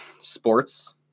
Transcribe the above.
sports